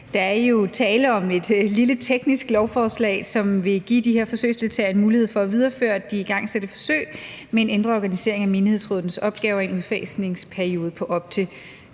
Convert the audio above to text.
Der er jo tale om et lille teknisk lovforslag, som vil give de her forsøgsdeltagere mulighed for at videreføre de igangsatte forsøg med en ændret organisering af menighedsrådenes opgaver i en udfasningsperiode på op til